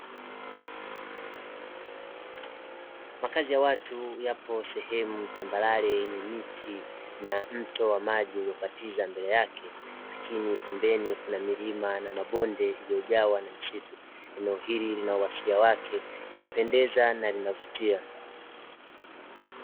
Makazi ya watu yapo sehemu tambarare, yenye miti na mto wa maji uliokatiza mbele yake lakini pembeni kuna milima na mabonde, yaliyojawa na misitu. Eneo hili lina uhalisia wake linapendeza na linavutia.